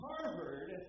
Harvard